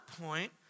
point